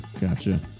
Gotcha